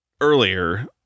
earlier